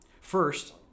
First